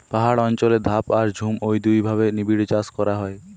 পাহাড় অঞ্চলে ধাপ আর ঝুম ঔ দুইভাবে নিবিড়চাষ করা হয়